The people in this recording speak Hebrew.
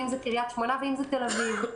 קריית שמונה או תל אביב,